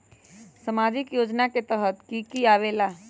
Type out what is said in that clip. समाजिक योजना के तहद कि की आवे ला?